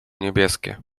niebieskie